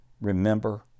Remember